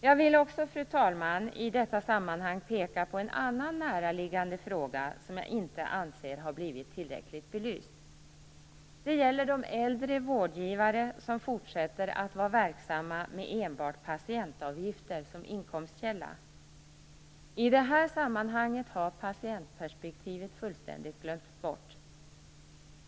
Jag vill också, fru talman, i detta sammanhang peka på en annan näraliggande fråga som jag inte anser har blivit tillräckligt belyst. Det gäller de äldre vårdgivare som fortsätter att vara verksamma med enbart patientavgifter som inkomstkälla. I det här sammanhanget har patientperspektivet fullständigt glömts bort.